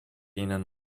ihnen